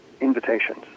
invitations